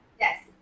Yes